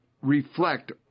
reflect